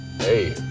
Hey